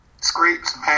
Scrapes